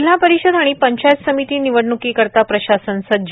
जिल्हा परिषद आणि पंचायत समिती निवडण्कीकरता प्रशासन सज्ज